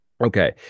Okay